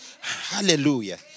Hallelujah